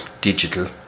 digital